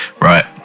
Right